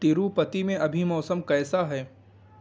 تروپتی میں ابھی موسم کیسا ہے